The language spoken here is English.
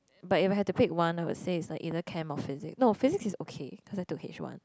but if I had to pick one I would say is like either chem or physic no physic is okay because I took H one